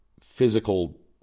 physical